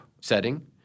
setting